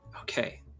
Okay